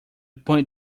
point